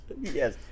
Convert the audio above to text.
Yes